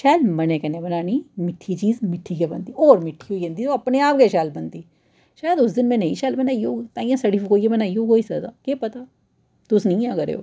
शैल मनै कन्नै बनानी मिट्ठी चीज मिट्ठी गै बनदी होर बी मिट्ठी होई जंदी ते ओह् अपने आप गै शैल बनदी शायद उस दिन में नेईं शैल बनाई होग ताइयैं सड़ी फकोई ऐ बनाई होग होई सकदा केह् पता तुस निं इ'यां करेओ